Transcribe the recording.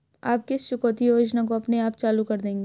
आप किस चुकौती योजना को अपने आप चालू कर देंगे?